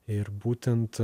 ir būtent